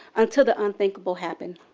until the unthinkable happened.